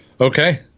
Okay